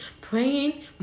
Praying